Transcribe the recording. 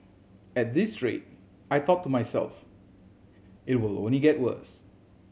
at this rate I thought to myself it will only get worse